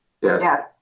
Yes